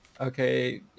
okay